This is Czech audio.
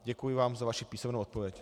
Děkuji vám za vaši písemnou odpověď.